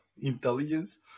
intelligence